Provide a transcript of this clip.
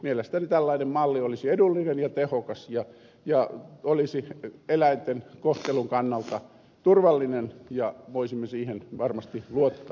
mielestäni tällainen malli olisi edullinen ja tehokas ja olisi eläinten kohtelun kannalta turvallinen ja voisimme siihen varmasti luottaa